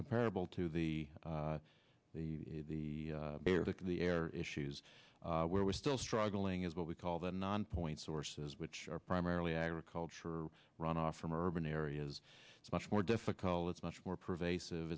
comparable to the the heir to the air issues where we're still struggling is what we call the non point sources which are primarily agriculture runoff from urban areas it's much more difficult it's much more pervasive